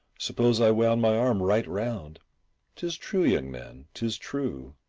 suppose i wound my arm right round tis true, young man, tis true.